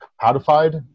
codified